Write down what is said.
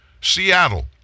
Seattle